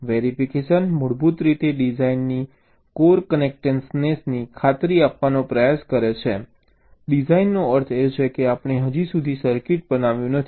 verification મૂળભૂત રીતે ડિઝાઇનની કરેક્ટનેસની ખાતરી આપવાનો પ્રયાસ કરે છે ડિઝાઇનનો અર્થ એ છે કે આપણે હજી સુધી સર્કિટ બનાવ્યું નથી